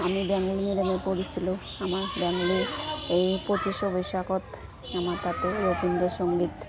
আমি বেংগলী মিডিয়ামত পঢ়িছিলোঁ আমাৰ বেংগলী এই পঁচিছৰ বৈশাগত আমাৰ তাতে ৰবীন্দ্ৰ সংগীত